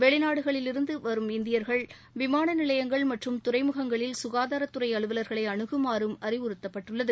வெளிநாடுகளில் இருந்து வரும் இந்தியர்கள் விமான நிலையங்கள் மற்றும் துறைமுகங்களில் சுகாதாரத் துறை அலுவலர்களை அணுகுமாறும் அறிவுறுத்தப்பட்டுள்ளது